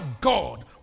God